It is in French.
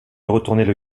retournaient